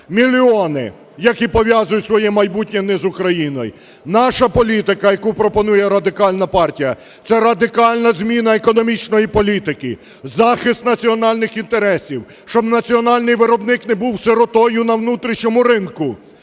мільйони, які пов'язують своє майбутнє не з Україною. Наша політика, яку пропонує Радикальна партія, це радикальна зміна економічної політики, захист національних інтересів, щоб національний виробник не був сиротою на внутрішньому ринку.